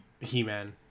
he-man